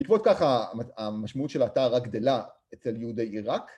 בעקבות זאת ככה המשמעות של ההתארה גדלה אצל יהודי עיראק.